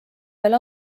veel